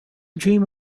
dream